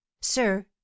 sir